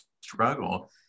struggle